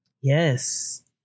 Yes